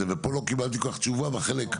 ופה לא קיבלתי כל כך תשובה בחלק.